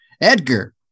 Edgar